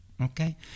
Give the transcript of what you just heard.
okay